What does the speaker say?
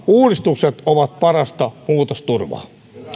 uudistukset ovat parasta muutosturvaa